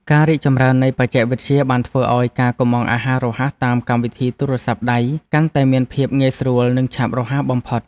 ការរីកចម្រើននៃបច្ចេកវិទ្យាបានធ្វើឲ្យការកុម្ម៉ង់អាហាររហ័សតាមកម្មវិធីទូរស័ព្ទដៃកាន់តែមានភាពងាយស្រួលនិងឆាប់រហ័សបំផុត។